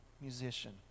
musician